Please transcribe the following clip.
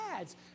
ads